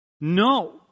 No